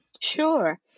Sure